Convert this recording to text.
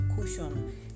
cushion